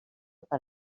per